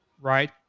right